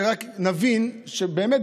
ורק נבין שבאמת,